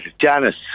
Janice